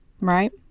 right